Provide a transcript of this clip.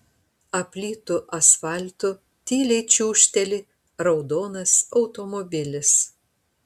aplytu asfaltu tyliai čiūžteli raudonas automobilis